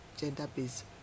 gender-based